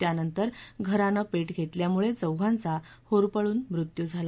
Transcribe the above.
त्यानंतर घरानेही पेट घेतल्यामुळे चौघांचा होरपळून मृत्यू झाला